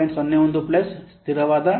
01 plus ಸ್ಥಿರವಾದ 0